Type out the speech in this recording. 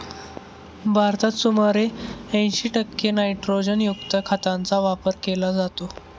भारतात सुमारे ऐंशी टक्के नायट्रोजनयुक्त खतांचा वापर केला जातो